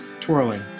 twirling